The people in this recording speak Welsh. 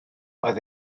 oedd